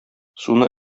суны